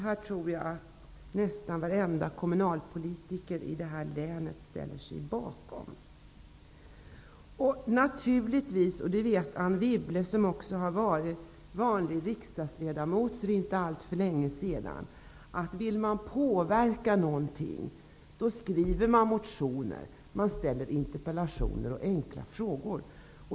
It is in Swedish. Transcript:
Jag tror att nästan varenda kommunalpolitiker i länet ställer sig bakom detta. Anne Wibble, som för inte så länge sedan var vanlig riksdagsledamot, vet att den som vill påverka någonting skriver motioner och framställer interpellationer och frågor.